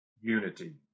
unity